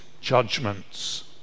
judgments